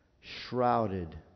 shrouded